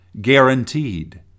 Guaranteed